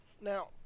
Now